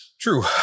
True